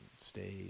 stay